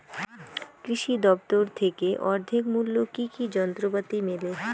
কৃষি দফতর থেকে অর্ধেক মূল্য কি কি যন্ত্রপাতি মেলে?